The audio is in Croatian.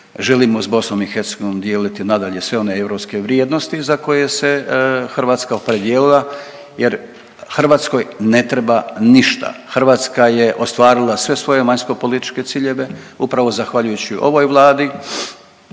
Želimo s BIH dijeliti nadalje sve one europske vrijednosti za koje se Hrvatska opredijelila jer Hrvatskoj ne treba ništa. Hrvatska je ostvarila sve svoje vanjsko političke ciljeve upravo zahvaljujući ovoj Vladi